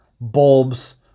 bulbs